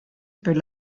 per